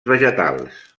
vegetals